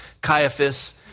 Caiaphas